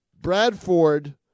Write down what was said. Bradford